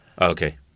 okay